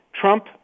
Trump